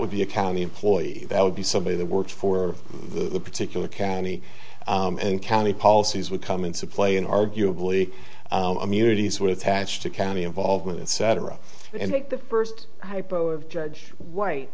would be a county employee that would be somebody that works for the particular county and county policies would come into play in arguably immunities with attached to county involvement and cetera and make the first hypo of judge white